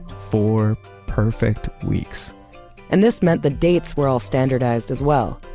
four perfect weeks and this meant that dates were all standardized, as well.